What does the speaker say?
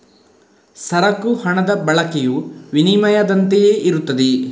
ಸರಕು ಹಣದ ಬಳಕೆಯು ವಿನಿಮಯದಂತೆಯೇ ಇರುತ್ತದೆ